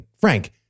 Frank